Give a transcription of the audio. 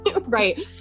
right